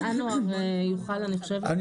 אז אנואר יוכל, אני חושבת, לתת את ההיקפים.